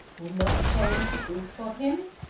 would not the change be good for him?